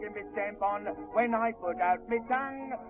stamp on, when i put out me tongue